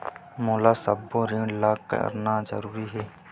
मोला सबो ऋण ला करना जरूरी हे?